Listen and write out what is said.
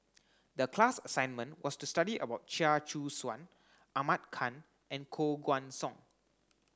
the class assignment was to study about Chia Choo Suan Ahmad Khan and Koh Guan Song